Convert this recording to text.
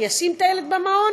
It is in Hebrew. אני אשים את הילד במעון,